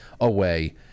away